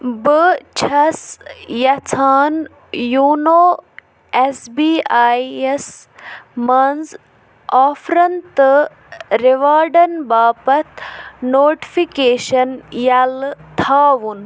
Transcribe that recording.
بہٕ چھَس یژھان یوٗنو ایس بی آی یَس منٛز آفرَن تہٕ رِوارڈَن باپتھ نوٹفکیشن یَلہٕ تھاوُن